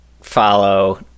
follow